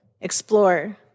explore